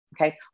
Okay